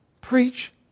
Preach